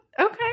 okay